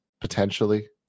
potentially